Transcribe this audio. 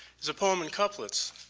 is a poem in couplets